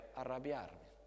arrabbiarmi